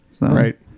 Right